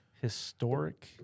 historic